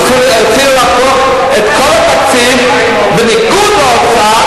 הוציאו בכוח את כל התקציב בניגוד לאוצר,